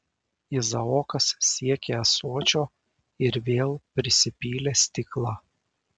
izaokas siekė ąsočio ir vėl prisipylė stiklą